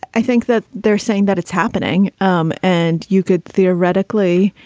i think that they're saying that it's happening. um and you could theoretically,